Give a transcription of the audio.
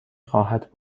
خواهد